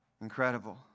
Incredible